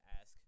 ask